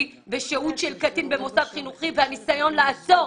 ושהות של קטין במוסד חינוכי והניסיון לעצור